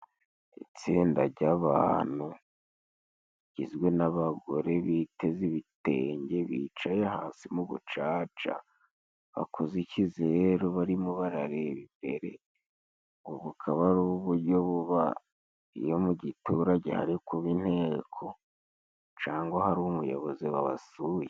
Itsinda jy'abantu rigizwe n'abagore biteze ibitenge, bicaye hasi mu bucaca bakoze ikizeru barimo barareba imbere. Ubu bukaba ari uburyo buba iyo mu giturage hari kuba inteko cangwa hari umuyobozi wabasuye.